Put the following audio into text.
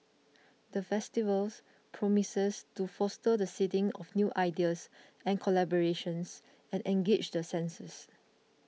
the festivals promises to foster the seeding of new ideas and collaborations and engage the senses